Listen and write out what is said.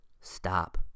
Stop